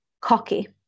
cocky